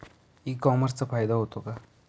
E कॉमर्सचा फायदा होतो का?